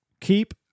Keep